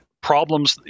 problems